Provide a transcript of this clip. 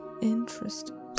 Interesting